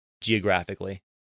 geographically